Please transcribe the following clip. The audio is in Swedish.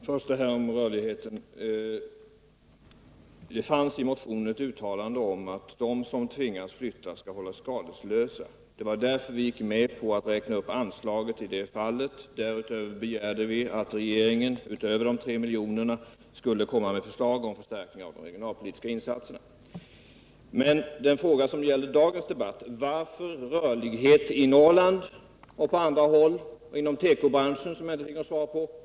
Herr talman! Först det här om rörlighet: Det fanns i motionen ett uttalande om att de som tvingades flytta skulle hållas skadeslösa. Det var därför vi gick med på att räkna upp anslaget enligt penningvärdeförändringen i det fallet. Dessutom begärde vi att regeringen utöver de tre miljonerna skulle komma med förslag till förstärkningar av de regionalpolitiska insatserna. Men den fråga som är aktuell i dagens debatt är: Varför skall det vara rörlighet i Norrland och på andra håll och inom tekobranschen — men inte inom Göteborgsområdet?